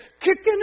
kicking